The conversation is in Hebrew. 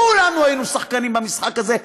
כולנו היינו שחקנים במשחק הזה.